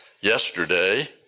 Yesterday